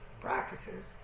practices